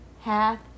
hath